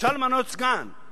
אפשר למנות סגן,